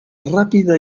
ràpida